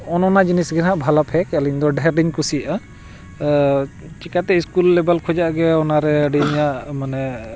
ᱚᱱ ᱚᱱᱟ ᱡᱤᱱᱤᱥ ᱜᱮᱦᱟᱸᱜ ᱵᱷᱟᱞᱟ ᱯᱷᱮᱠ ᱟᱞᱤᱝ ᱫᱚ ᱰᱷᱮᱨᱞᱤᱧ ᱠᱩᱥᱤᱭᱟᱜᱼᱟ ᱪᱤᱠᱟᱹᱛᱮ ᱤᱥᱠᱩᱞ ᱞᱮᱵᱮᱞ ᱠᱷᱚᱱᱟᱜ ᱜᱮ ᱚᱱᱟᱨᱮ ᱟᱹᱰᱤ ᱤᱧᱟᱹᱜ ᱢᱟᱱᱮ